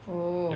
oh